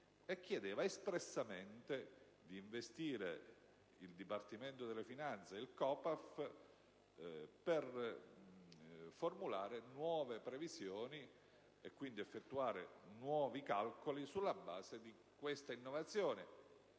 e chiedeva espressamente di investire il Dipartimento delle finanze ed il COPAFF per formulare nuove previsioni ed effettuare nuovi calcoli sulla base di queste innovazioni.